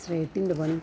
സ്റേറ്റിൻ്റെ പണി